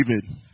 David